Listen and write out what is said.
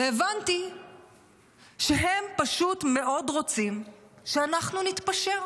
והבנתי שהם פשוט מאוד רוצים שאנחנו נתפשר.